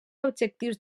objectius